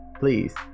Please